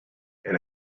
and